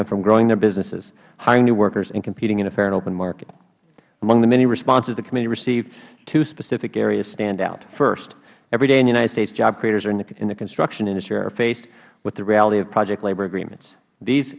them from growing their businesses hiring new workers and competing in a fair and open market among the many responses the committee received two specific areas stand out first every day in the united states job creators in the construction industry are faced with the reality of project labor agreements these